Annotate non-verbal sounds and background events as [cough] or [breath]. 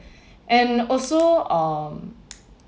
[breath] and also um